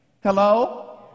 Hello